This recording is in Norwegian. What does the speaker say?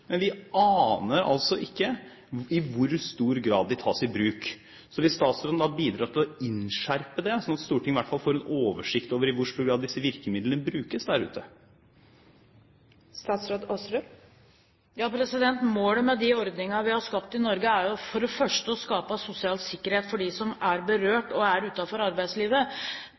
men vi aner altså ikke i hvor stor grad de tas i bruk. Kan statsråden bidra til å innskjerpe det, slik at Stortinget i hvert fall får en oversikt over i hvor stor grad disse virkemidlene brukes der ute? Målet med de ordningene vi har skapt i Norge, er for det første å skape sosial sikkerhet for dem som er berørt, og er utenfor arbeidslivet.